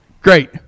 Great